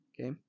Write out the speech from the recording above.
Okay